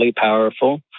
powerful